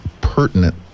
pertinent